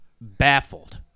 baffled